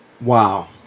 wow